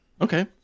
Okay